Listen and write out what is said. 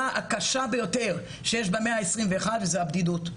הקשה ביותר שיש במאה ה-21 וזו הבדידות,